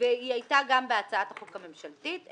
והיא הייתה גם בהצעת החוק הממשלתית.